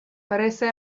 parece